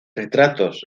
retratos